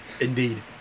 Indeed